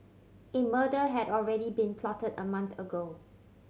a murder had already been plotted a month ago